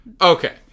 Okay